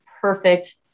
perfect